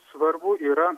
svarbu yra